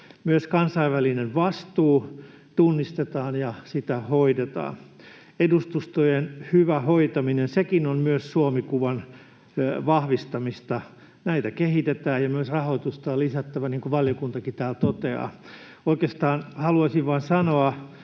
Myös kansainvälinen vastuu tunnistetaan ja sitä hoidetaan. Edustustojen hyvä hoitaminen on sekin myös Suomi-kuvan vahvistamista. Näitä kehitetään ja myös rahoitusta on lisättävä, niin kuin valiokuntakin täällä toteaa. Oikeastaan haluaisin vain sanoa,